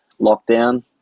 lockdown